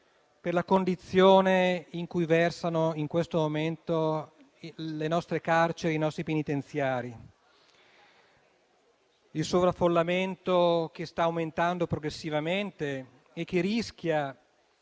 per la condizione in cui versano in questo momento le nostre carceri e i nostri penitenziari. Il sovraffollamento sta aumentando progressivamente e rischia